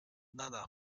nana